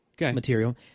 material